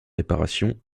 réparations